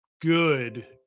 good